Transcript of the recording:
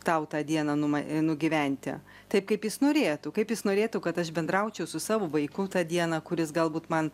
tau tą dieną numa nugyventi taip kaip jis norėtų kaip jis norėtų kad aš bendraučiau su savo vaiku tą dieną kuris galbūt man